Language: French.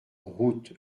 route